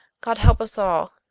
god help us all!